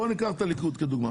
בוא ניקח את הליכוד כדוגמה.